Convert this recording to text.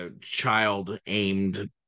child-aimed